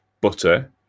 Butter